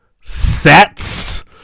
SETS